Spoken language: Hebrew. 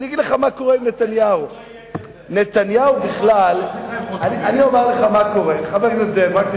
אל תדאג, הוא לא יהיה כזה.